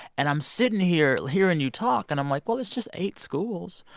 and i'm sitting here, hearing you talk. and i'm like, well, it's just eight schools.